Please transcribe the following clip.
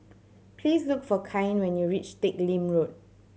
please look for Cain when you reach Teck Lim Road